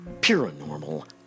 paranormal